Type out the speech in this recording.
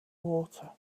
water